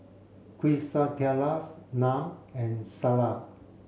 Quesadillas Naan and Salsa